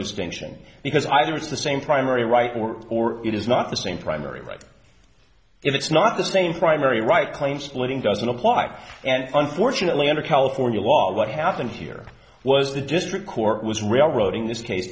distinction because either it's the same primary right work or it is not the same primary right if it's not the same primary right claim splitting doesn't apply and unfortunately under california law what happened here was the district court was railroading this case